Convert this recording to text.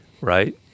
right